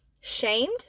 shamed